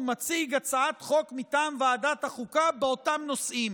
ומציג הצעת חוק מטעם ועדת החוקה באותם הנושאים,